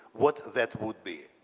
what that would be?